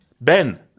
ben